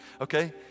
okay